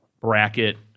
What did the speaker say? bracket